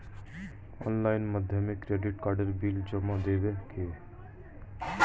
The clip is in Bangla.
অনলাইনের মাধ্যমে ক্রেডিট কার্ডের বিল জমা দেবো কি?